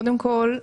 קודם כל,